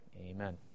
Amen